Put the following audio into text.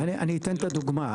אני אתן את הדוגמה.